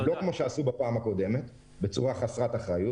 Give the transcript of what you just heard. לא כמו שעשו בגל הראשון בצורה חסרת אחריות.